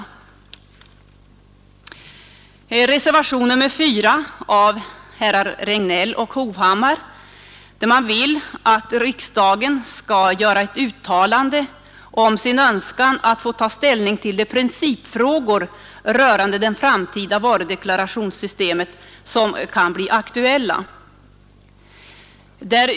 I reservationen 4 av herrar Regnéll och Hovhammar hemställs att riksdagen skall göra ett uttalande om sin önskan att få ta ställning till de principfrågor rörande det framtida varudeklarationssystemet som kan bli aktuella.